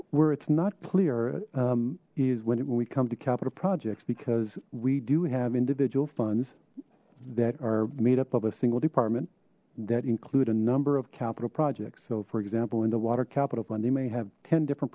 where it's not clear is when it when we come to capital projects because we do have individual funds that are made up of a single department that include a number of capital projects so for example in the water capital fund they may have ten different